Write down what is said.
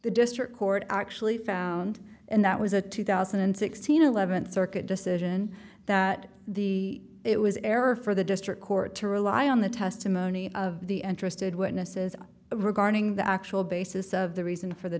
the district court actually found and that was a two thousand and sixteen eleventh circuit decision that the it was error for the district court to rely on the testimony of the interested witnesses regarding the actual basis of the reason for the